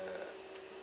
uh